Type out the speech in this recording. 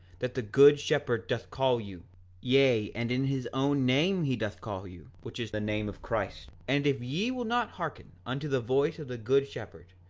that the good shepherd doth call you yea, and in his own name he doth call you, which is the name of christ and if ye will not hearken unto the voice of the good shepherd,